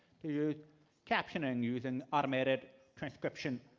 captioning, using automated transcription,